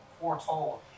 foretold